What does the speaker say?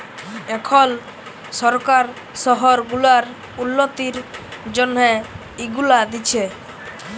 এখল সরকার শহর গুলার উল্ল্যতির জ্যনহে ইগুলা দিছে